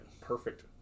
perfect